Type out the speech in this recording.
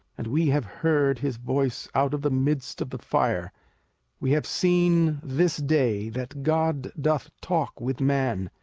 and we have heard his voice out of the midst of the fire we have seen this day that god doth talk with man,